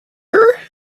her